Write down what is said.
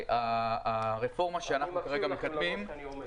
הרפורמה שאנחנו כרגע מקדמים